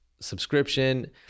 subscription